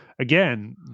again